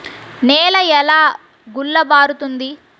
నేల ఎలా గుల్లబారుతుంది?